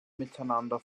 miteinander